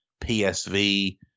PSV